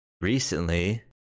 recently